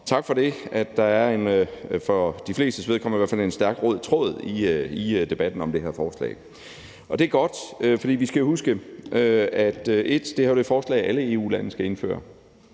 vedkommende er en stærk rød tråd i debatten om det her forslag. Og det er godt, for vi skal jo huske, 1) at det her er et forslag, alle EU-lande skal indføre,